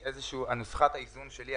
נוסחת האיזון שלי,